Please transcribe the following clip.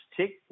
tick